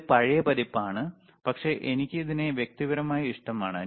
ഇത് പഴയ പതിപ്പ് ആണ് പക്ഷേ എനിക്ക് ഇതിനെ വ്യക്തിപരമായി ഇഷ്ടമാണ്